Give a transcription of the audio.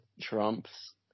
Trump's